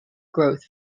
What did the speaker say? growth